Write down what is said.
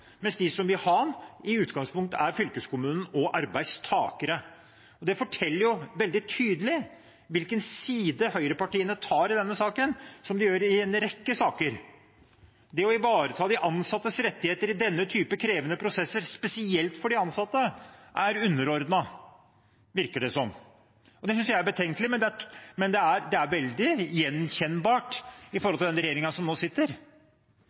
i utgangspunktet er fylkeskommunen og arbeidstakere. Det forteller veldig tydelig hvilken side høyrepartiene tar i denne saken, som de gjør i en rekke saker. Det å ivareta de ansattes rettigheter i denne type krevende prosesser, spesielt for de ansatte, er underordnet, virker det som. Det synes jeg er betenkelig, men det er veldig gjenkjennbart med tanke på den regjeringen som nå sitter. Så det synes jeg er en merkelig tilnærming. Flertallet skriver at dette er